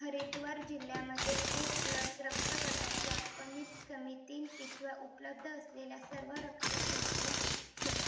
हरिद्वार जिल्ह्यामध्ये A plus रक्तगटाच्या कमीत कमी तीन पिशव्या उपलब्ध असलेल्या सर्व रक्तपेढ्या शोधा